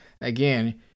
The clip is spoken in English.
again